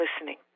listening